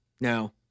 no